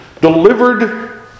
delivered